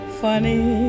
funny